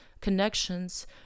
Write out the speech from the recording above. connections